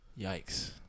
Yikes